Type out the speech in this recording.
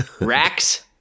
racks